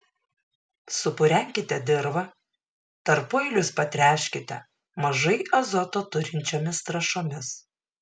supurenkite dirvą tarpueilius patręškite mažai azoto turinčiomis trąšomis